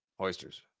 Oysters